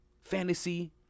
fantasy